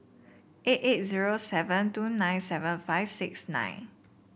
eight eight zero seven two nine seven five six nine